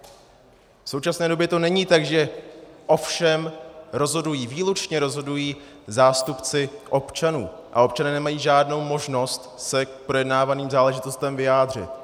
V současné době to není tak, že o všem rozhodují výlučně rozhodují zástupci občanů a občané nemají žádnou možnost se k projednávaným záležitostem vyjádřit.